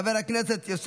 חבר הכנסת אחמד טיבי,